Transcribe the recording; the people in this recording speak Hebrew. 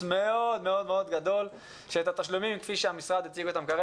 מאוד גדול שאת התשלומים כפי שהמשרד הציג כאן,